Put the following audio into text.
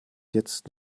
jetzt